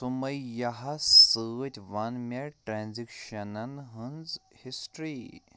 سُمَییاہَس سۭتۍ وَن مےٚ ٹرانزیکشنَن ہٕنٛز ہسٹری